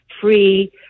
free